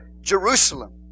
Jerusalem